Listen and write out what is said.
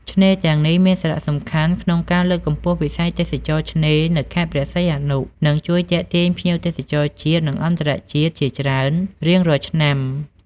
ឆ្នេរទាំងនេះមានសារៈសំខាន់ក្នុងការលើកកម្ពស់វិស័យទេសចរណ៍ឆ្នេរនៅខេត្តព្រះសីហនុ និងជួយទាក់ទាញភ្ញៀវទេសចរជាតិ និងអន្តរជាតិជាច្រើនរៀងរាល់ឆ្នាំ។